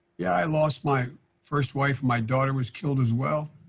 yeah, i lost my first wife my daughter was killed as well,